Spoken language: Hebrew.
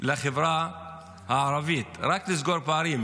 לחברה הערבית, רק לסגור פערים.